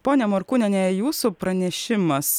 ponia morkūnienė jūsų pranešimas